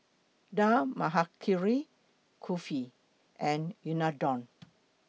Dal Makhani Kulfi and Unadon